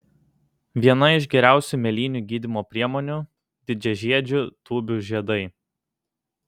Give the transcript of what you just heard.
viena iš geriausių mėlynių gydymo priemonių didžiažiedžių tūbių žiedai